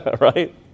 Right